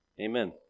Amen